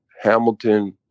Hamilton